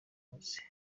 munsi